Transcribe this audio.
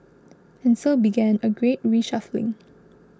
and so began a great reshuffling